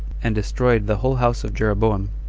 and destroyed the whole house of jeroboam.